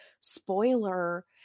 spoiler